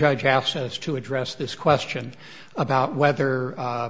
asked us to address this question about whether